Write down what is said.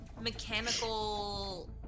mechanical